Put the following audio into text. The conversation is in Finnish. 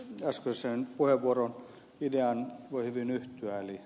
äskeisen puheenvuoron ideaan voi hyvin yhtyä